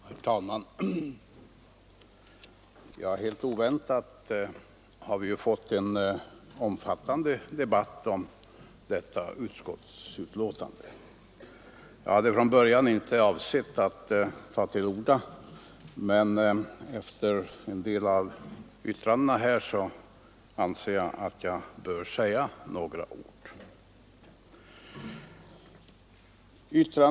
Herr talman! Helt oväntat har vi fått en omfattande debatt om detta utskottsbetänkande. Jag hade från början inte avsett att ta till orda, men efter en del av vad som uttalats här anser jag att jag bör säga några ord.